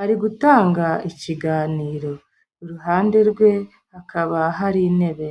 ari gutanga ikiganiro, iruhande rwe hakaba hari intebe.